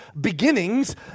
beginnings